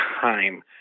time